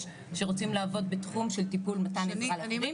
שרוצים לעבוד בתחום של טיפול מתן עזרה לאחרים.